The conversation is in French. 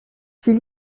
s’il